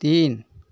तीन